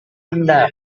anda